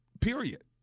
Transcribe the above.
period